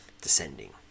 descending